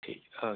ٹھیک اوکے